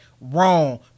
wrong